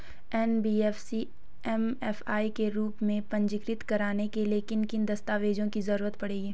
NBFC MFI के रूप में पंजीकृत कराने के लिए किन किन दस्तावेजों की जरूरत पड़ेगी?